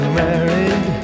married